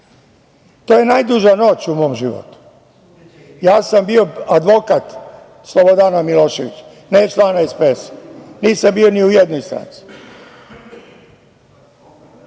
je najduža noć u mom životu. Ja sam bio advokat Slobodana Miloševića, ne član SPS-a, nisam bio ni u jednoj stranci.